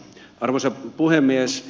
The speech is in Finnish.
arvoisa puhemies